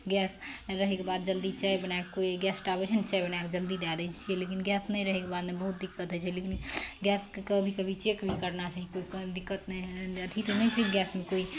gas रहैके बाद जल्दी चाय बनाए कऽ केओ गेस्ट आबै छै ने चाय बनाए कऽ जल्दी दए दै छियै लेकिन गैस नहि रहैके बाद ने बहुत दिक्कत होइत छै लेकिन गैसके कभी कभी चेक भी करना चाही कोइ दिक्कत नहि होइ अथी तऽ नहि छै गैसमे कोइ